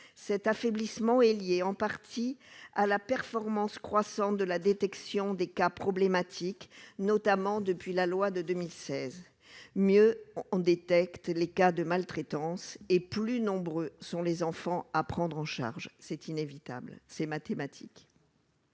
cet affaiblissement est liée en partie à la performance croissante de la détection des cas problématiques, notamment depuis la loi de 2016, mieux on détecte les cas de maltraitance et plus nombreux sont les enfants à prendre en charge, c'est inévitable, c'est mathématique.